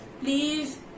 please